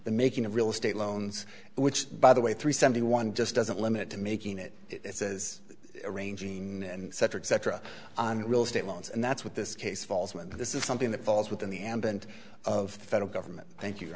the making of real estate loans which by the way three seventy one just doesn't limit to making it its is arranging and cetera et cetera on real estate loans and that's what this case falls with this is something that falls within the ambient of the federal government thank you